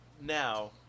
now